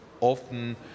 often